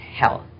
health